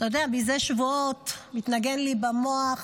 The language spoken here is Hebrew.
זה שבועות מתנגן לי במוח